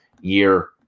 year